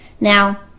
now